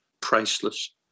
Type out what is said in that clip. priceless